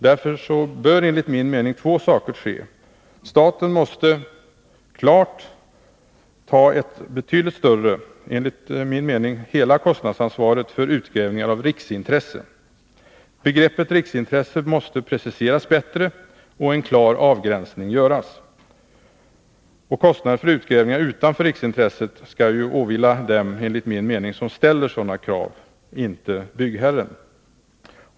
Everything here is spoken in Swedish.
Därför bör två saker ske: att staten tar ett betydligt större kostnadsansvar, enligt min mening hela kostnadsansvaret för utgrävningar av riksintresse och att begreppet riksintresse preciseras bättre och en klar avgränsning görs. Kostnader för utgrävningar utanför riksintresset skall enligt min mening åvila dem som ställer sådana krav, inte byggherren.